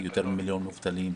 יותר ממיליון מובטלים,